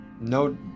no